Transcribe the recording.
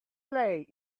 play